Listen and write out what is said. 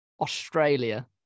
Australia